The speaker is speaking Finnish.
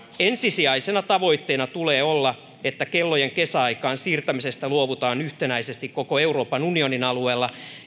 ensisijaisena tavoitteena tulee olla että kellojen kesäaikaan siirtämisestä luovutaan yhtenäisesti koko euroopan unionin alueella